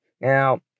Now